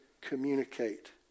communicate